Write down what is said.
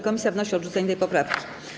Komisja wnosi o odrzucenie tej poprawki.